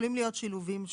יכולים להיות שילובים שונים.